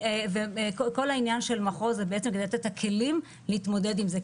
כל העניין של מחוז זה כדי לתת את הכלים להתמודד עם זה,